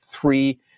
three